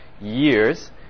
years